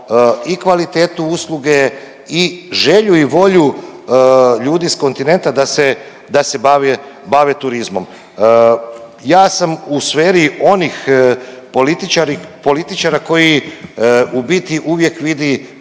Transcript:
i kvalitetu usluge i želju i volju ljudi s kontinenta da se, da se bave, bave turizmom. Ja sam u sferi onih političari, političara koji u biti uvijek vidi